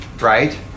right